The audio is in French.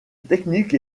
technique